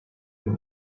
been